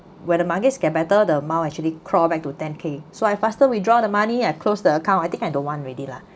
when the market gets better the amount actually crawl back to ten K so I faster withdraw the money I close the account I think don't one already lah